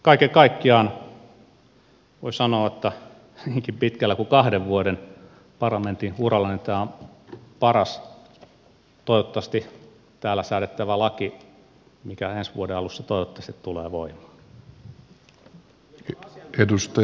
kaiken kaikkiaan voi sanoa että niinkin pitkällä kuin kahden vuoden parlamenttiurallani tämä on paras täällä toivottavasti säädettävä laki mikä ensi vuoden alussa toivottavasti tulee voimaan